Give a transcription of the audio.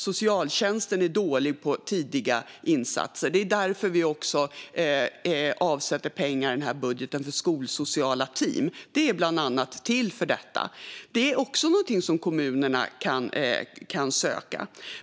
Socialtjänsten är dålig på tidiga insatser. Det är därför vi också avsätter pengar i den här budgeten för skolsociala team - det är bland annat till för detta. Detta är också någonting som kommunerna kan söka.